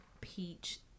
Peach